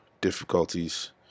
difficulties